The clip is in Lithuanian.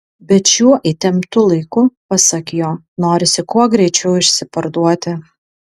bet šiuo įtemptu laiku pasak jo norisi kuo greičiau išsiparduoti